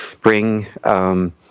bring